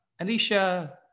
Alicia